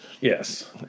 Yes